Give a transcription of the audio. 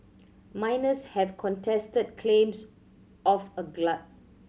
miners have contested claims of a glut